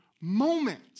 moment